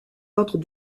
ordres